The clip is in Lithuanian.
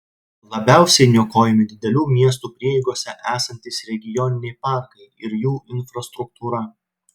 labiausiai niokojami didelių miesto prieigose esantys regioniniai parkai ir jų infrastruktūra